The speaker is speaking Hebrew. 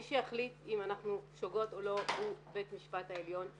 מי שיחליט אם אנחנו שוגות או לא הוא בית המשפט העליון.